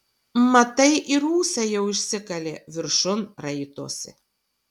matai ir ūsai jau išsikalė viršun raitosi